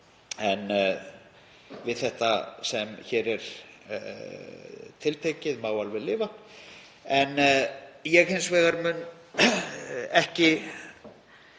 En við það sem hér er tiltekið má alveg lifa. Ég mun hins vegar ekki